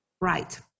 right